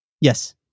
Yes